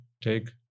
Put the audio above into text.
take